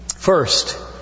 First